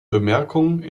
bemerkung